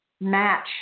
match